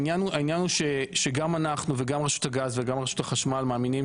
העניין הוא שאנחנו וגם רשות הגז וגם רשות החשמל מאמינים